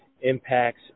impacts